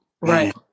Right